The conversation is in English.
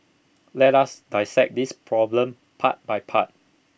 let us dissect this problem part by part